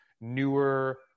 newer